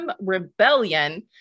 rebellion